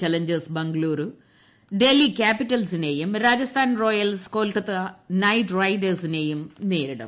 Challengers Bengaluru Delhi ക്യാപിറ്റൽസിനെയും Rajasthan royals Kolkata knight റൈഡേഴ്സിനെയും നേരിടും